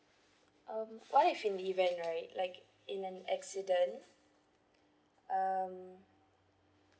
um what if in the event right like in an accident um